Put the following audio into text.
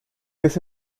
hace